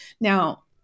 Now